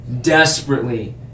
desperately